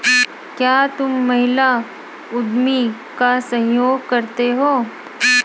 क्या तुम महिला उद्यमी का सहयोग करते हो?